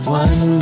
one